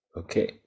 okay